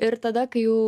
ir tada kai jau